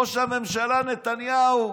ראש הממשלה נתניהו,